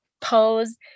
pose